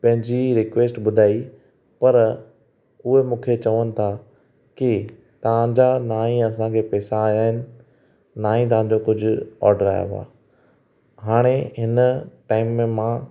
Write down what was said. पंहिंजी रिक्वेस्ट ॿुधाई पर उहे मूंखे चवनि था की तव्हांजा न ई असांखे पैसा आयां आहिनि न ई तव्हांजो कुझु ऑर्डर आयो आहे हाणे हिन टाइम में मां